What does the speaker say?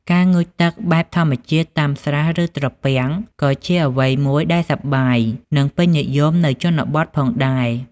ការងូតទឹកបែបធម្មជាតិតាមស្រះ ឬត្រពាំងក៏ជាអ្វីមួយដែលសប្បាយ និងពេញនិយមនៅជនបទផងដែរ។